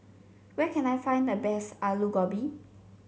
where can I find the best Alu Gobi